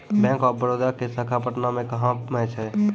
Bank of Baroda के शाखा पटना मे कहां मे छै?